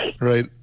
Right